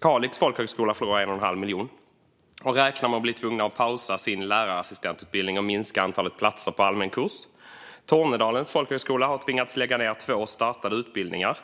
Kalix folkhögskola förlorar 1 1⁄2 miljon och räknar med att bli tvungen att pausa sin lärarassistentutbildning och att minska antalet platser på allmän kurs. Tornedalens folkhögskola har tvingats lägga ned två startade utbildningar.